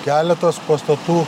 keletas pastatų